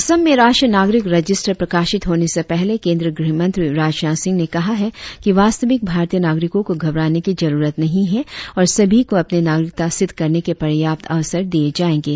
असम में राष्ट्रीय नागरिक रजिस्टर प्रकाशित होने से पहले केंद्रीय गृहमंत्री राजनाथ सिंह ने कहा है कि वास्तविक भारतीय नाग़रिकों को घबराने की जरुरत नहीं है और सभी को अपनी नागरिकता सिद्ध करने के पर्याप्त अवसर दिये जाएंगे